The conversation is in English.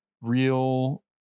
real